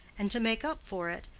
and to make up for it,